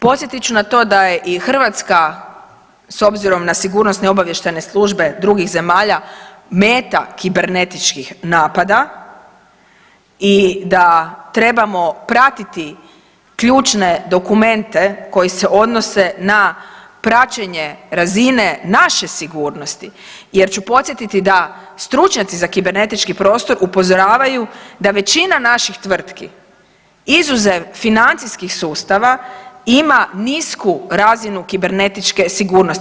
Posjetit ću na to da je i Hrvatska s obzirom na sigurnosne obavještajne službe drugih zemalja meta kibernetičkih napada i da trebamo pratiti ključne dokumente koji se odnose na praćenje razine naše sigurnosti jer ću podsjetiti da stručnjaci za kibernetički prostor upozoravaju da većina naših tvrtki izuzev financijskih sustava ima nisku razinu kibernetičke sigurnosti.